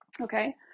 Okay